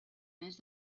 més